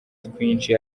twinshi